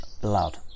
blood